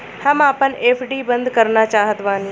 हम आपन एफ.डी बंद करना चाहत बानी